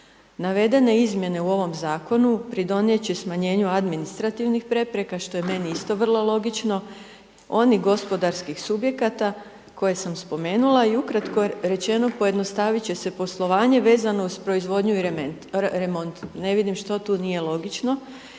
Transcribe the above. Navedene izmjene u ovom zakonu, pridonijeti će smanjenje administrativnih prepreka, što je meni vrlo logično, onih gospodarskih subjekata, koje sam spomenula i ukratko rečeno, pojednostaviti će se poslovanje, vezano uz proizvodnju i remont.